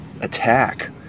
attack